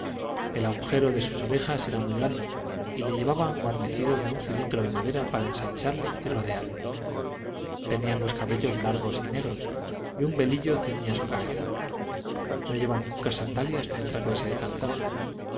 el agujero de sus orejas era muy grande y le llevaban guarnecido de un cilindro de madera para ensancharle y rodearle tenía los cabellos largos y negros y un velillo ceñía su cabeza no llevan nunca sandalias ni otra clase de calzado